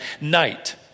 night